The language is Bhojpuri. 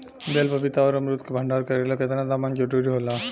बेल पपीता और अमरुद के भंडारण करेला केतना तापमान जरुरी होला?